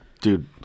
Dude